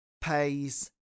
pays